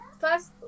First